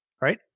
right